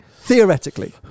Theoretically